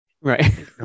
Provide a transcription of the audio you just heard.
Right